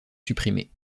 supprimé